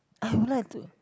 I would like to